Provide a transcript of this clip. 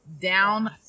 down